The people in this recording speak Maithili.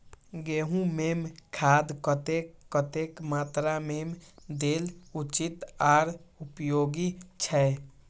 गेंहू में खाद कतेक कतेक मात्रा में देल उचित आर उपयोगी छै?